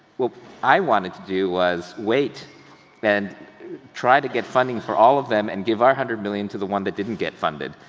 what i wanted to do was wait and try to get funding for all of them and give our one hundred million to the one that didn't get funded,